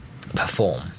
perform